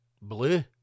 blue